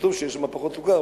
כתוב שיש שם פחות סוכר,